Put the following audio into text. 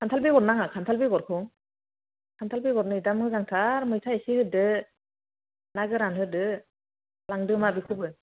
खान्थाल बेगर नाङा खान्थाल बेगरखौ खान्थाल बेगर नै दा मोजां थार मैथा एसे होदो ना गोरान होदो लांदो मा बेखौबो